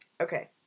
Okay